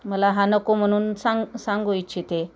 मला हा नको म्हणून सांग सांगू इच्छिते